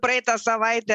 praeitą savaitę